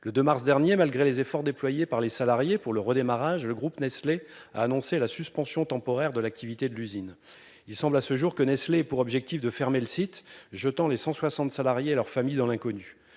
le 2 mars dernier. Malgré les efforts déployés par les salariés pour le redémarrage, le groupe Nestlé a annoncé la suspension temporaire de l'activité de l'usine. Il semble à ce jour que Nestlé pour objectif de fermer le site, jetant les 160 salariés et leurs familles dans l'inconnu.